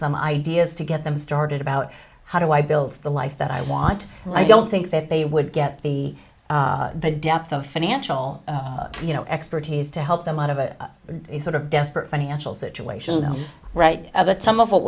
some ideas to get them started about how do i build the life that i want and i don't think that they would get the depth of financial you know expertise to help them out of a sort of desperate financial situation right that some of what